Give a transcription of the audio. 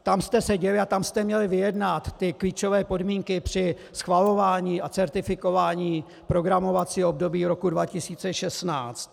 Tam jste seděli a tam jste měli vyjednat ty klíčové podmínky při schvalování a certifikování programovacího období roku 2016.